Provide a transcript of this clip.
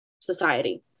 society